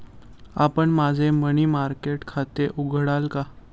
आपण माझे money market खाते उघडाल का?